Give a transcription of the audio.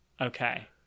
Okay